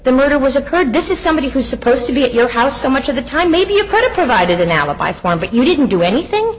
the murder was occurred this is somebody who's supposed to be at your house so much of the time maybe you could have provided an alibi for him but you didn't do anything